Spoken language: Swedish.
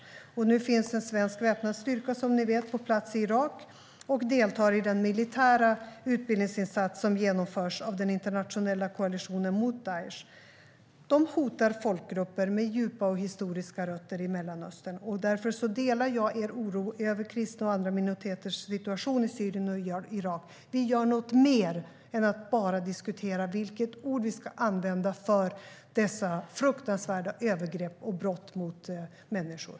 Som ni vet finns en svensk väpnad styrka på plats i Irak nu, och den deltar i den militära utbildningsinsats som genomförs av den internationella koalitionen mot Daish. Daish hotar folkgrupper med djupa och historiska rötter i Mellanöstern. Jag delar därför er oro över kristna och andra minoriteters situation i Syrien och Irak. Vi gör något mer än att bara diskutera vilket ord vi ska använda för dessa fruktansvärda övergrepp och brott mot människor.